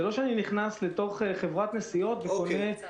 זה לא שאני נכנס אל תוך חברת נסיעות וקונה ביטוח.